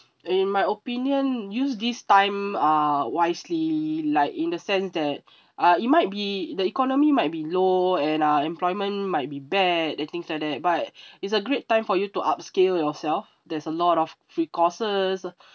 in my opinion use this time uh wisely like in the sense that uh it might be the economy might be low and uh employment might be bad and things like that but it's a great time for you to upscale yourself there's a lot of free courses